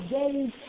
days